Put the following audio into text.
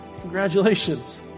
congratulations